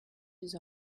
his